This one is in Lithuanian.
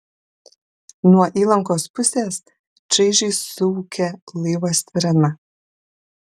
nuo įlankos pusės čaižiai suūkė laivo sirena